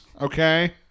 okay